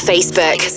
Facebook